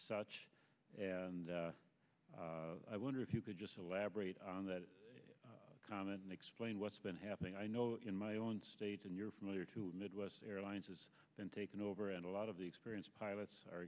such and i wonder if you could just elaborate on that comment and explain what's been happening i know in my own state and you're familiar to midwest airlines has been taken over and a lot of the experienced pilots are